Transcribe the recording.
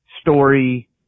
story